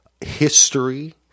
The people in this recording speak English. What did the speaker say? history